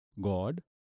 God